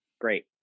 Great